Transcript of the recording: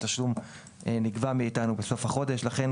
והתשלום בכלל נגבה מאיתנו בסוף החודש; לכן,